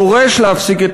דורש להפסיק את